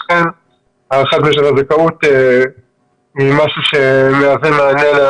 לכן הארכת משך הזכאות היא משהו שמהוה מענה.